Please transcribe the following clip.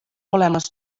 olemas